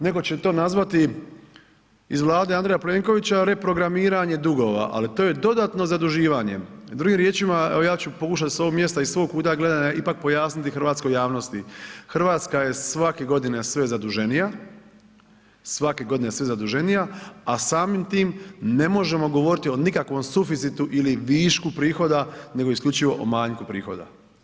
Netko će to nazvati iz Vlade Andreja Plenkovića reprogramiranje dugova, ali to je dodatno zaduživanje, drugim riječima evo ja ću pokušati s ovog mjesta, iz svoga kuta gledanja ipak pojasniti hrvatskoj javnosti, RH je svake godine sve zaduženija, svake godine sve zaduženija, a samim tim ne možemo govoriti o nikakvom suficitu ili višku prihoda, nego isključivo o manjku prihoda.